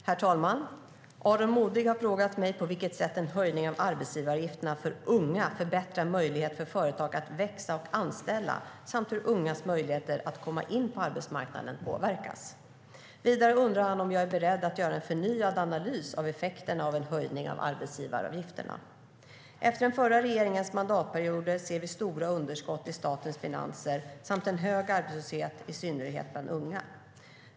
Herr talman! Aron Modig har frågat mig på vilket sätt en höjning av arbetsgivaravgifterna för unga förbättrar möjligheten för företag att växa och anställa samt hur ungas möjligheter att komma in på arbetsmarknaden påverkas. Vidare undrar han om jag är beredd att göra en förnyad analys av effekterna av en höjning av arbetsgivaravgifterna. Efter den förra regeringens mandatperioder ser vi stora underskott i statens finanser samt en hög arbetslöshet, i synnerhet bland unga.